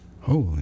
Holy